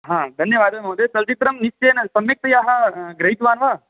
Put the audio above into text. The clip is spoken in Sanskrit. हा धन्यवादः महोदय चलच्चित्रं निश्चयेन सम्यक्तया गृहीत्वा